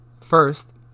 first